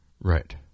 right